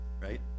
right